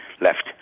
left